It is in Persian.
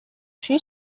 شویی